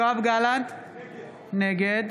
יואב גלנט, נגד